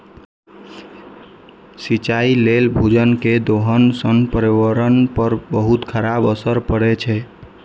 सिंचाइ लेल भूजल केर दोहन सं पर्यावरण पर बहुत खराब असर पड़ै छै